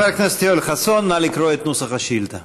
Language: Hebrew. חבר הכנסת יואל חסון, נא לקרוא את נוסח השאילתה.